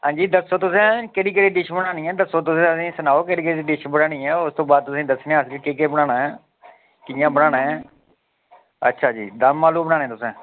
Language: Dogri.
हांजी दस्सो तुसें केह्ड़ी केह्ड़ी डिश बनानी ऐ तुस असें गी सुनाओ केह्ड़ी केह्ड़ी डिश बनानी ऐ उस तों बाद अस दस्सनेआं तुसें गी केह् केह् बनाना ऐ कि'यां बनाना ऐ अच्छा जी दम आलू बनाने तुसें